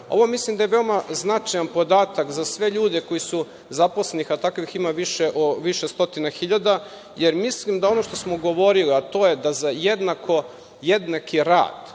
Ovo mislim da je veoma značajan podatak za sve ljude koji su zaposleni, a takvih ima više stotina hiljada, jer mislim da ono što smo govorili, a to je da za jednaki rad